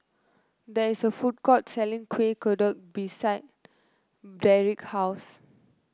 there is a food court selling Kuih Kodok beside Dedric's house